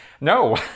no